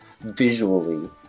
visually